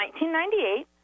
1998